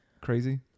crazy